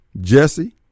Jesse